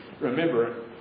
remember